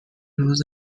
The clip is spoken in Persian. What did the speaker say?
روز